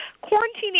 Quarantine